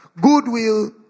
goodwill